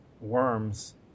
worms